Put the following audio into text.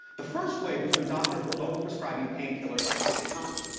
the first wave was when doctors were over prescribing painkillers like oxycontin.